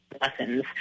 lessons